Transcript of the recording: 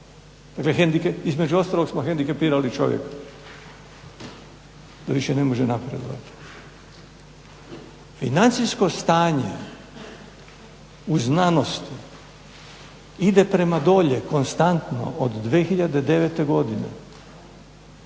Između ostalog smo hendikepirali čovjeka da više ne može napredovati. Financijsko stanje u znanosti ide prema dolje konstantno od 2009. godine.